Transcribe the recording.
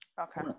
Okay